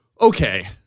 Okay